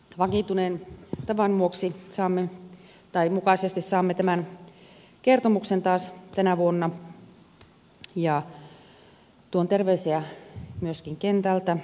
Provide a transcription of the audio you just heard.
vakiintuneen tavan mukaisesti saamme tämän kertomuksen taas tänä vuonna ja tuon terveisiä myöskin kentältä